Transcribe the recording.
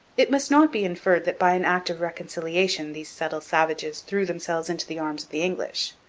it must not be inferred that by an act of reconciliation these subtle savages threw themselves into the arms of the english,